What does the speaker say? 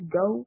go